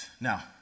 Now